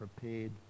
Prepared